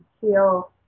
heal